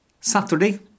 Saturday